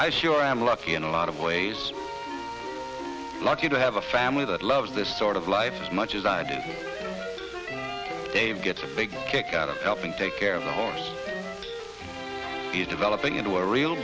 i sure am lucky in a lot of ways lucky to have a family that loves this sort of life as much as i do dave gets a big kick out of helping take care of the horse he is developing into a real